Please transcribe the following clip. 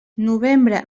novembre